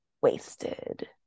Wasted